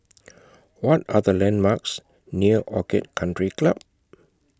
What Are The landmarks near Orchid Country Club